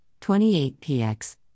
28px